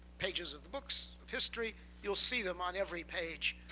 pages of the books, of history, you'll see them on every page,